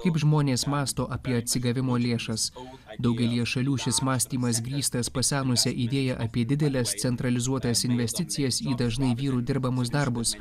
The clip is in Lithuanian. kaip žmonės mąsto apie atsigavimo lėšas daugelyje šalių šis mąstymas grįstas pasenusia idėja apie dideles centralizuotas investicijas dažnai vyrų dirbamus darbus